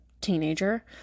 teenager